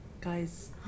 guys